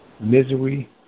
Misery